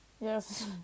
Yes